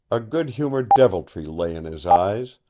a good humored deviltry lay in his eyes,